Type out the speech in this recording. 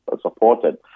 supported